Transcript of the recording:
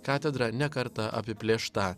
katedra ne kartą apiplėšta